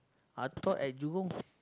I thought at Jurong